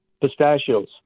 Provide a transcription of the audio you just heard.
pistachios